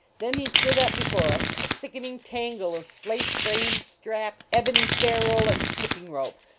then he stood up before us, a sickening tangle of slate frame, strap, ebony ferule and skipping rope,